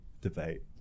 debate